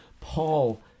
Paul